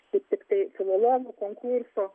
su tiktai filologų konkurso